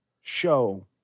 show